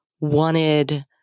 wanted